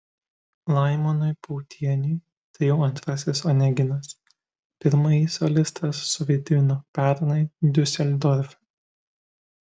laimonui pautieniui tai jau antrasis oneginas pirmąjį solistas suvaidino pernai diuseldorfe